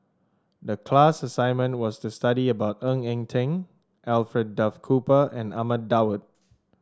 the class assignment was to study about Ng Eng Teng Alfred Duff Cooper and Ahmad Daud